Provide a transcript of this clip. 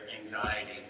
anxiety